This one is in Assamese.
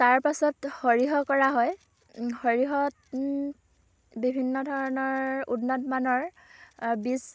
তাৰ পাছত সৰিয়হ কৰা হয় সৰিয়হত বিভিন্ন ধৰণৰ উন্নতমানৰ বীজ